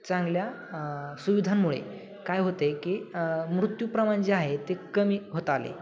चांगल्या सुविधांमुळे काय होते की मृत्यू प्रमाण जे आहे ते कमी होत आले